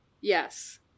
Yes